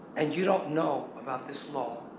and you don't know about this law,